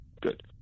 Good